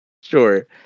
Sure